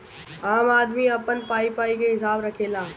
आम आदमी अपन पाई पाई के हिसाब रखेला